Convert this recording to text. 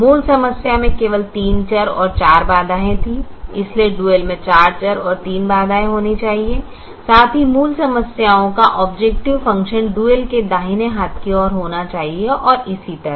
मूल समस्या में केवल 3 चर और 4 बाधाएं थीं इसलिए डुअल में 4 चर और 3 बाधाएं होनी चाहिए साथ ही मूल समस्याओं का ऑबजेकटिव फ़ंक्शन डुअल के दाहिने हाथ की ओर होना चाहिए और इसी तरह